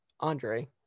Andre